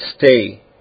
stay